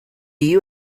you